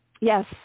yes